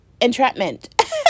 entrapment